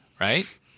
Right